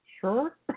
Sure